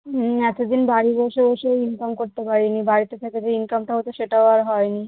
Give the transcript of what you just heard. হুম এতোদিন বাড়ি বসে বসে ইনকাম করতে পারি নি বাড়িতে থেকে যে ইনকামটা হতো সেটাও আর হয় নি